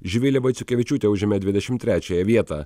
živilė vaiciukevičiūtė užėmė dvidešim trečiąją vietą